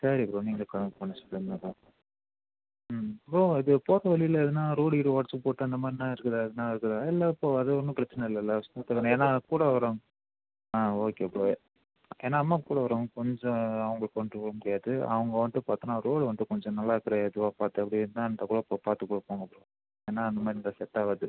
சரி ப்ரோ நீங்கள் கணக்கு பண்ணி சொல்லுங்கள் ப்ரோ ம் ப்ரோ இது போகறவழியில எதனா ரோடு கீடு உடச்சி போட்டு அந்த மாதிரினா இருக்கிற எதனா இருக்குதா இல்லை இப்போ அது ஒன்றும் பிரச்சனை இல்லல ஸ்முத் தான் ஏன்னா கூட வரவங்க ஆ ஓகே ப்ரோ ஏன்னா அம்மா கூட வரவங்க கொஞ்சம் அவங்களுக்கு கொஞ்சம் உடம்பு முடியாது அவங்க வந்துட்டு பார்த்தீங்கன்னா ரோடு வந்து கொஞ்சம் நல்லா இருக்கிற இதுவாக பார்த்து அப்படியே என்னன்ற போல் பார்த்து போ பார்த்து போங்க ப்ரோ ஏன்னா அந்தமாதிரி இருந்தால் செட்டாகாது